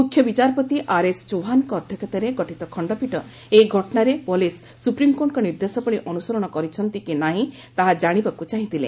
ମୁଖ୍ୟ ବିଚାରପତି ଆର୍ଏସ୍ ଚୌହାନ୍ଙ୍କ ଅଧ୍ୟକ୍ଷତାରେ ଗଠିତ ଖଣ୍ଡପୀଠ ଏହି ଘଟଣାରେ ପୁଲିସ୍ ସ୍କୁପ୍ରିମ୍କୋର୍ଟଙ୍କ ନିର୍ଦ୍ଦେଶାବଳୀ ଅନୁସରଣ କରିଛନ୍ତି କି ନାହିଁ ତାହା ଜାଣିବାକୁ ଚାହିଁଥିଲେ